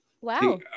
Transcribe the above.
Wow